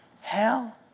hell